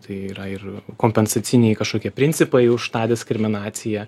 tai yra ir kompensaciniai kažkokie principai už tą diskriminaciją